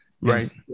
right